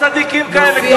הם לא צדיקים כאלה גדולים.